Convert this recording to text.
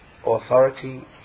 authority